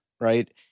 right